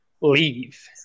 leave